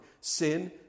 Sin